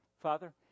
Father